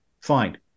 Fine